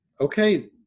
Okay